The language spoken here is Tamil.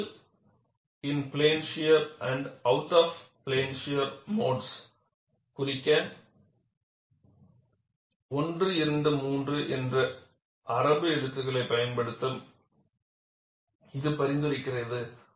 திறத்தல் in plane shear and out of plane shear modes குறிக்க 123 என்ற அரபு எழுத்துக்களை பயன்படுத்த இது பரிந்துரைக்கிறது